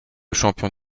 champion